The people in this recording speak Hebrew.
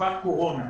שבתקופת קורונה,